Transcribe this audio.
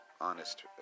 honest